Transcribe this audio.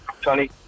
Tony